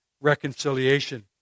reconciliation